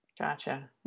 Gotcha